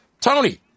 Tony